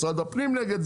משרד הפנים נגד,